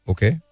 Okay